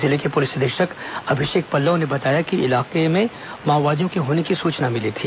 जिले के पुलिस अधीक्षक अभिषेक पल्लव ने बताया कि इलाके में माओवादियों के होने की सूचना मिली थी